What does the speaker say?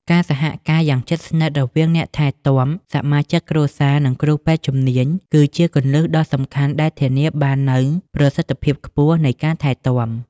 ការសហការយ៉ាងជិតស្និទ្ធរវាងអ្នកថែទាំ សមាជិកគ្រួសារ និងគ្រូពេទ្យជំនាញ គឺជាគន្លឹះដ៏សំខាន់ដែលធានាបាននូវប្រសិទ្ធភាពខ្ពស់នៃការថែទាំ។